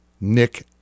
Nick